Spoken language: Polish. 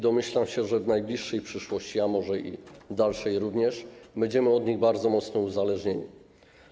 Domyślam się, że w najbliższej przyszłości, a może i w dalszej również, będziemy od nich bardzo mocno uzależnieni.